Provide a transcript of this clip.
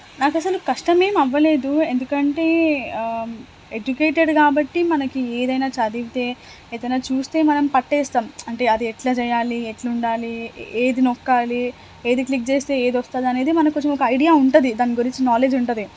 నాకసలు కష్టమేమవ్వలేదు ఎందుకంటే ఎడ్యుకేటెడ్ కాబట్టి మనకి ఏదైనా చదివితే ఏదైనా చూస్తే మనం పట్టేస్తాం అంటే అది ఎట్లా చెయ్యాలి ఎట్లుండాలి ఏది నొక్కాలి ఏది క్లిక్ చేస్తే ఏదొస్తుందనేది మనక్కొంచెము ఐడియా ఉంటుంది దాని గురించి నాలెడ్జ్ ఉంటుంది